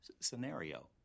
scenario